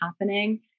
happening